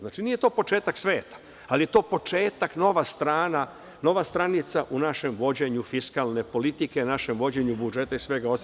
Znači, nije to početak sveta, ali je to početak, nova strana, nova stranica u našem vođenju fiskalne politike, našem vođenju budžeta i svega ostalog.